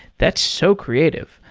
that's so creative.